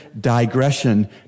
digression